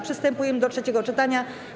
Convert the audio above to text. Przystępujemy do trzeciego czytania.